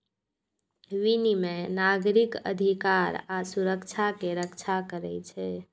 विनियम नागरिक अधिकार आ सुरक्षा के रक्षा करै छै